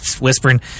whispering